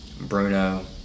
Bruno